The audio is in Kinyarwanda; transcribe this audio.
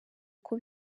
uko